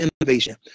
innovation